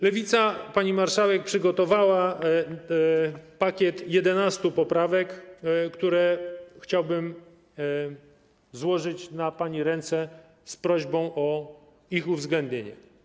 Lewica, pani marszałek, przygotowała pakiet 11 poprawek, które chciałbym złożyć na pani ręce z prośbą o ich uwzględnienie.